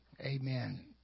Amen